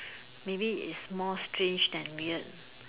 maybe it's more strange than weird